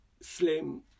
slim